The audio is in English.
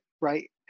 right